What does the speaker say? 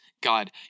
God